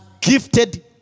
gifted